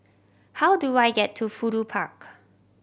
how do I get to Fudu Park